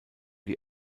die